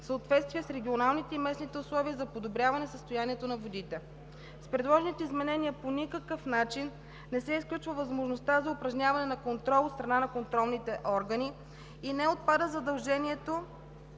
в съответствие с регионалните и местните условия за подобряване състоянието на водите. В предложените изменения по никакъв начин не се изключва възможността за упражняване на контрол от страна на контролните органи и не отпада задължението